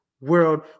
world